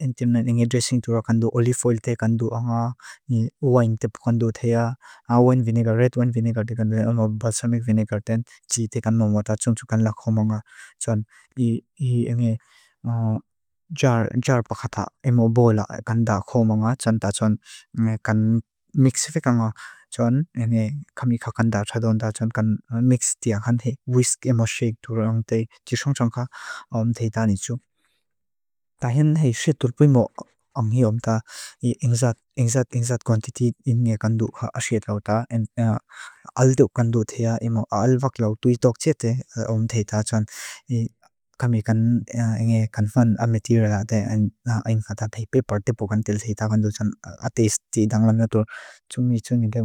Intim na inge dressing tura kandu olive oil te kandu anga. Ni wine tip kandu thea. Awen vinegar, red wine vinegar te kandu. Anga balsamic vinegar ten. Tsi te kan momo ta tson tsu kan lak ho monga. Tson i inge jar pa kata emo boila kan da ho monga. Ta tson kan mix fek anga tson. Inge kami ka kan da tsa don ta tson. Kan mix te angan he. Whisk emo shake tura ang te tsisangsang ka. Awen theita ni tson. Ta hen he setur pimo. Ang hi om ta. Ingzat, ingzat, ingzat quantiti inge kandu ha aset lau ta. Aldo kandu thea. Emo alvak lau tui tok tse te. Awen theita tson. Kami kan inge kanfan a material a te.